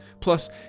Plus